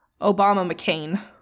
Obama-McCain